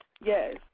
Yes